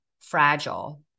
fragile